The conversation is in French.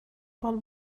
parle